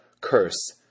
curse